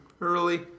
early